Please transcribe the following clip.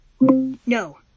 No